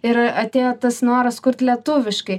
ir atėjo tas noras kurt lietuviškai